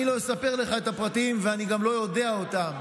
אני לא אספר לך את הפרטים ואני גם לא יודע אותם.